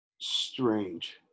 strange